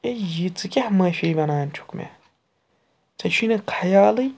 ہے یہِ ژٕ کیٛاہ معٲفی وَنان چھُکھ مےٚ ژےٚ چھُے نہٕ خیالٕے